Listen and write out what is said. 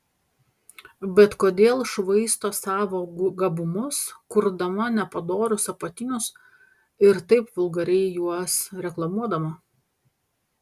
bet kodėl švaisto savo gabumus kurdama nepadorius apatinius ir taip vulgariai juos reklamuodama